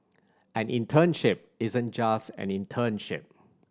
an internship isn't just an internship